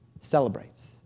celebrates